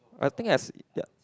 I think I it's yup